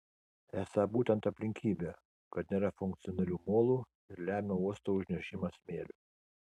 esą būtent aplinkybė kad nėra funkcionalių molų ir lemia uosto užnešimą smėliu